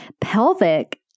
pelvic